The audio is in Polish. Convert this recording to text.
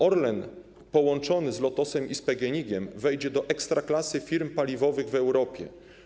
Orlen połączony z Lotosem i z PGNiG wejdzie do ekstraklasy firm paliwowych w Europie.